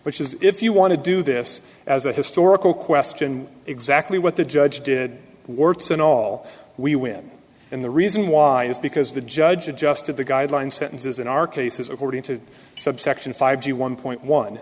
which is if you want to do this as a historical question exactly what the judge did works in all we win and the reason why is because the judge adjusted the guidelines sentences in our cases according to subsection five to one point one